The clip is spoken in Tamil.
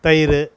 தயிர்